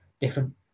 different